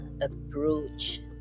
approach